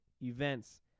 events